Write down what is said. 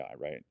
right